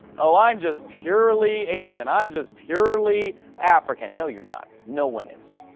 oh, i'm just purely asian. i'm just purely african. no, you're not. no one is.